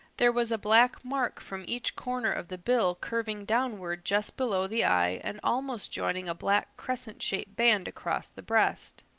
there was a black mark from each corner of the bill curving downward just below the eye and almost joining a black crescent-shaped band across the breast.